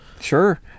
sure